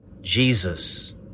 Jesus